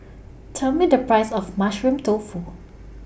Tell Me The Price of Mushroom Tofu